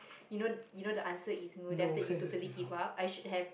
you know you know the answer is no then after that you totally give up I should have